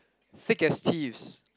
thick as thieves